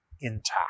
intact